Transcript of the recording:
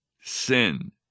sin